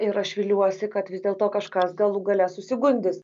ir aš viliuosi kad vis dėlto kažkas galų gale susigundys